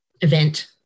event